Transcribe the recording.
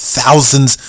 thousands